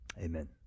Amen